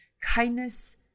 kindness